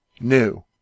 new